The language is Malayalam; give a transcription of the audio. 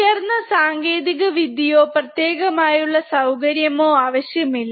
ഉയർന്ന സാങ്കേതിക വിദ്യായോ പ്രത്യേകമായുള്ള സൌകര്യമോ ആവശ്യമില്ല